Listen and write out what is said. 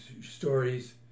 stories